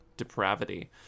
depravity